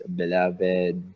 beloved